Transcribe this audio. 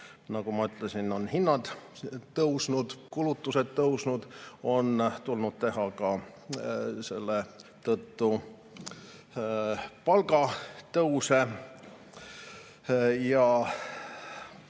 nagu ma ütlesin, on hinnad tõusnud, kulutused tõusnud ja on tulnud teha ka palgatõuse.